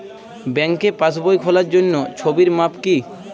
ব্যাঙ্কে পাসবই খোলার জন্য ছবির মাপ কী?